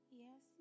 yes